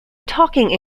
talking